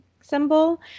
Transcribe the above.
symbol